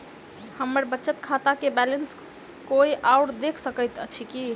हम्मर बचत खाता केँ बैलेंस कोय आओर देख सकैत अछि की